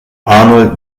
arnold